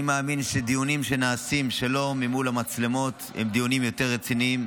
אני מאמין שדיונים שנעשים שלא מול המצלמות הם דיונים יותר רציניים,